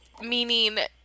meaning